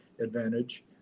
Advantage